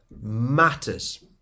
matters